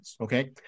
Okay